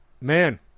Man